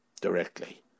directly